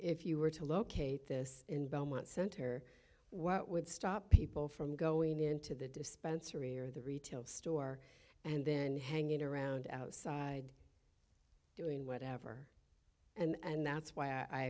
if you were to locate this in belmont center what would stop people from going into the dispensary or the retail store and then hanging around outside doing whatever and that's why i